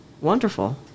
wonderful